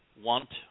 want